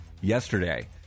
yesterday